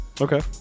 Okay